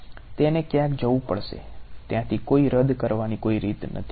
તેને ક્યાંક જવું પડશે ત્યાંથી કોઈ રદ કરવાની કોઈ રીત નથી